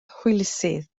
hwylusydd